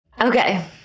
Okay